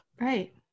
Right